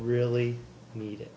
really need it